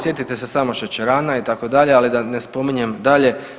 Sjetite se samo šećerana itd. ali da ne spominjem dalje.